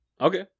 Okay